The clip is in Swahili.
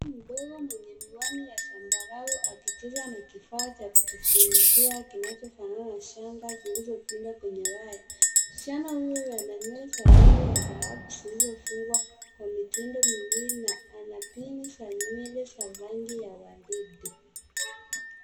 Msichna mdogo mwenye miwani ya zambarau akicheza na kifaa cha kujifunzia kinachofanana na shanga zilizopinda kwenye waya. Msichana huyo ana nywele za dhahabu zilizofungwa kwa mitindo miwili na ana pin za nywele za rangi ya waridi.